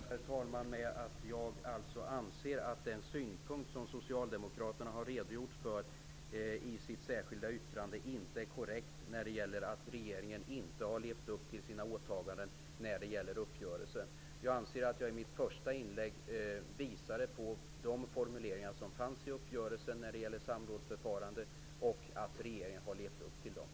Herr talman! Jag vill bara avsluta med att jag anser att den synpunkt Socialdemokraterna har redogjort för i sitt särskilda yttrande inte är korrekt när det gäller att regeringen inte skulle ha levt upp till sina åtaganden i fråga om uppgörelsen. Jag anser att jag i mitt första inlägg visade på de formuleringar som fanns i uppgörelsen när det gäller samrådsförfarande, och att regeringen har levt upp till dem.